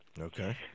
Okay